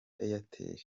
airtel